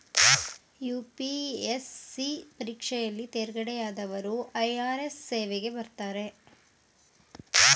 UPSC ಪರೀಕ್ಷೆಯಲ್ಲಿ ತೇರ್ಗಡೆಯಾದವರು IRS ಸೇವೆಗೆ ಬರ್ತಾರೆ